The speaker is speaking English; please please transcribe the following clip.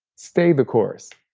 stay the course.